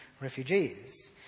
refugees